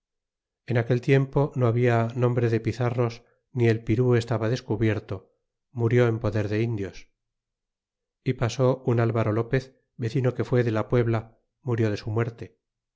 en aquel tiempo no habia nombre de pizarros ni el pirú estaba descubierto murió en poder de indios e pasó un alvaro lopez vecino que fué de la puebla murió de su muerte